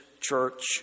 Church